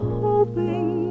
hoping